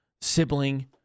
sibling